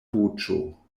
voĉo